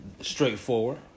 Straightforward